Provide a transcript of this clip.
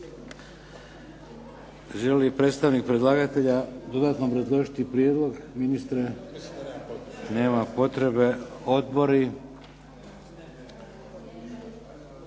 li predstavnik predlagatelja dodatno obrazložiti prijedlog? Ministre. ...